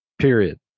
period